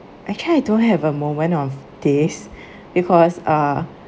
actually I don't have a moment of this because uh